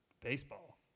Baseball